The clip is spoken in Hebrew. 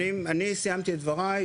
אני הצגתי וסיימתי את דבריי.